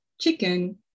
chicken